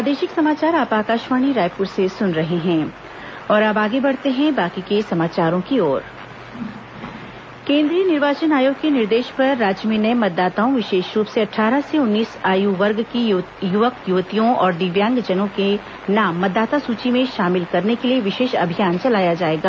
मतदाता सूची अभियान केंद्रीय निर्वाचन आयोग के निर्देश पर राज्य में नए मतदाताओं विशेष रूप से अट्ठारह से उन्नीस आयु वर्ग की युवक युवतियों और दिव्यांगजनों के नाम मतदाता सूची में शामिल करने के लिए विशेष अभियान चलाया जाएगा